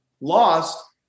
Lost